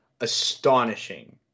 astonishing